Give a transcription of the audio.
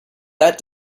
that